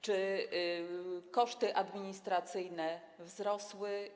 Czy koszty administracyjne wzrosły?